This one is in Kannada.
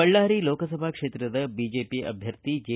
ಬಳ್ಳಾರಿ ಲೋಕಸಭಾ ಕ್ಷೇತ್ರದ ಬಿಜೆಪಿ ಅಭ್ಯರ್ಥಿ ಜೆ